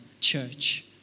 church